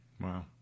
Wow